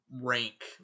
rank